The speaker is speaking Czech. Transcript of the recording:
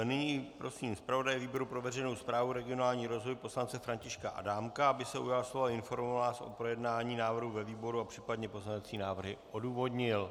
Nyní prosím zpravodaje výboru pro veřejnou správu a regionální rozvoj poslance Františka Adámka, aby se ujal slova a informoval nás o projednání návrhu ve výboru a případné pozměňovací návrhy odůvodnil.